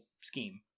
scheme